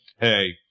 Hey